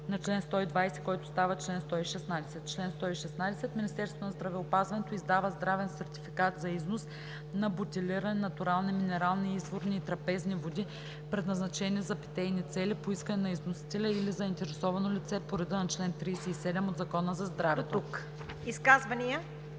на чл. 120, който става чл. 116: „Чл. 116. Министерството на здравеопазването издава здравен сертификат за износ на бутилирани натурални минерални, изворни и трапезни води, предназначени за питейни цели, по искане на износителя или заинтересованото лице, по реда на чл. 37 от Закона за здравето.“